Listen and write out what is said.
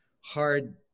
hard